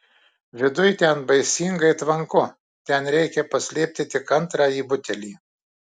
viduj ten baisingai tvanku ten reikia paslėpti tik antrąjį butelį